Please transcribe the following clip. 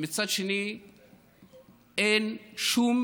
ומצד שני אין שום